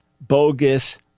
bogus